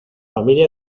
familia